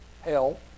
hell